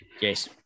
Yes